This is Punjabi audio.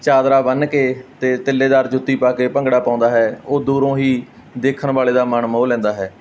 ਚਾਦਰਾ ਬੰਨ੍ਹ ਕੇ ਅਤੇ ਤਿੱਲੇਦਾਰ ਜੁੱਤੀ ਪਾ ਕੇ ਭੰਗੜਾ ਪਾਉਂਦਾ ਹੈ ਉਹ ਦੂਰੋਂ ਹੀ ਦੇਖਣ ਵਾਲੇ ਦਾ ਮਨ ਮੋਹ ਲੈਂਦਾ ਹੈ